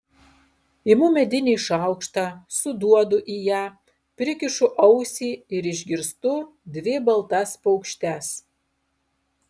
imu medinį šaukštą suduodu į ją prikišu ausį ir išgirstu dvi baltas paukštes